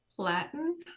Latin